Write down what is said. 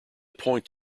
point